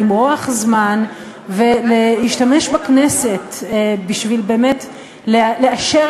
למרוח זמן ולהשתמש בכנסת בשביל באמת לאפשר